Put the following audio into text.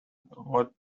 what